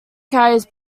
carries